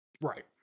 Right